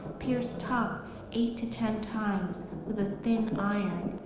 pierce tongue eight to ten times with a thin iron.